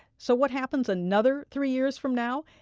so, what happens another three years from now?